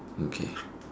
okay